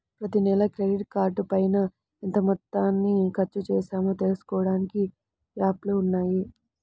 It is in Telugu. ప్రతినెలా క్రెడిట్ కార్డుపైన ఎంత మొత్తాన్ని ఖర్చుచేశామో తెలుసుకోడానికి యాప్లు ఉన్నయ్యి